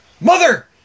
Mother